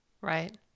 Right